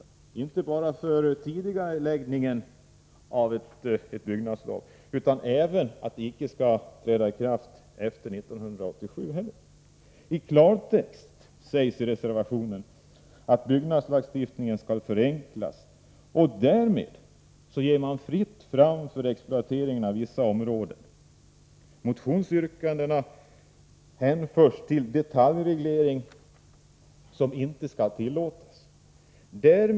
Men där yrkas inte bara avslag på kravet beträffande ikraftträdandetid utan reservanterna vill att reglerna inte skall träda i kraft ens efter den 1 januari 1987. I klartext sägs i reservationen att byggnadslagstiftningen skall förenklas. Därmed ger man fritt fram för exploatering av vissa områden. Motionsyrkandena hänförs till detaljregleringar, som inte skall tillåtas.